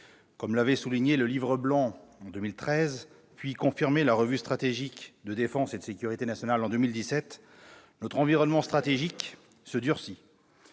Comme l'avait souligné le Livre blanc de 2013, puis confirmé La Revue stratégique de défense et de sécurité nationale en 2017, notre environnement stratégique se durcit.